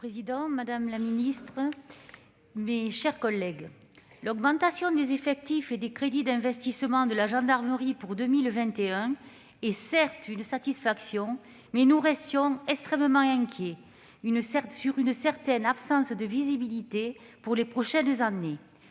madame la ministre, mes chers collègues, certes, l'augmentation des effectifs et des crédits d'investissement de la gendarmerie pour 2021 est une satisfaction, mais nous restons extrêmement inquiets au regard d'une certaine absence de visibilité pour les prochaines années.